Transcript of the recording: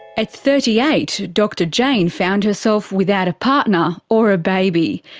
at thirty eight, dr jane found herself without a partner or a baby.